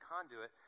conduit